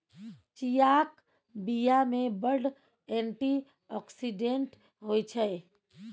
चीयाक बीया मे बड़ एंटी आक्सिडेंट होइ छै